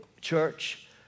church